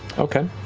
okay.